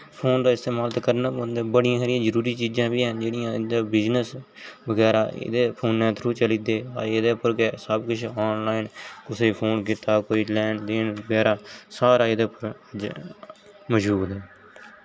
phone दा इस्तेमाल ते करना पोंदा ऐ बड़ियां सारियां जरूरी चीजां बी हैन जेह्ड़ियां इंदे बिजनेस बगैरा इंदे फोन थ्रू चला दे एह्दे उप्पर गै सब किश आनलाइन कुसै फोन कीता कोई लैन देन बगैरा सारा एह्दे उप्पर मजूद ऐ